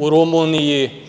u Rumuniji.